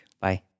Bye